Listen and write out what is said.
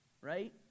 right